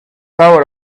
hour